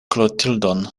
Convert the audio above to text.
klotildon